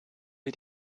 wir